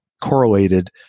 correlated